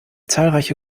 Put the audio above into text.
zahlreiche